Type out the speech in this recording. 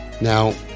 Now